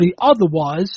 otherwise